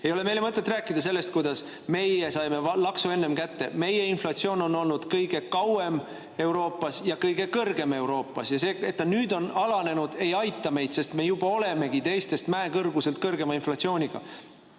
Ei ole meile mõtet rääkida sellest, kuidas meie saime laksu enne kätte. Meie inflatsioon on olnud kõige kauem ja kõige kõrgem Euroopas ja see, et see nüüd on alanenud, ei aita meid, sest meil juba ongi teistest mäekõrguselt kõrgem inflatsioon.